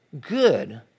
good